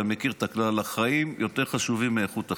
אתה מכיר את הכלל: החיים יותר חשובים מאיכות החיים.